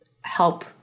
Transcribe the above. help